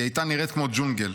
הייתה נראית כמו ג'ונגל.